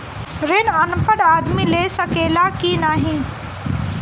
ऋण अनपढ़ आदमी ले सके ला की नाहीं?